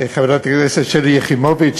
חברת הכנסת שלי יחימוביץ,